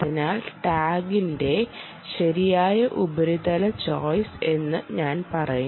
അതിനാൽ ടാഗിന്റെ ശരിയായ ഉപരിതല ചോയ്സ് എന്ന് ഞാൻ പറയും